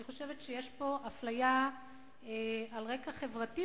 אני חושבת שיש פה בכלל אפליה על רקע חברתי,